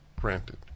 Granted